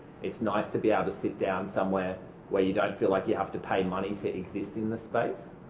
it's nice to be able to sit down somewhere where you don't feel like you have to pay money to exist in the space.